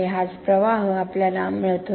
हाच प्रवाह आपल्याला मिळत होता